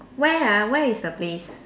where ah where is the place